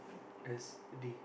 as they